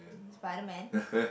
Spiderman